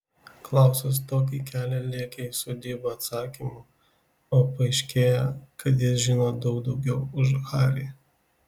klausas tokį kelią lėkė į sodybą atsakymų o paaiškėja kad jis žino daug daugiau už harį